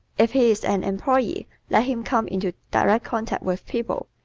if he is an employee let him come into direct contact with people,